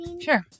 Sure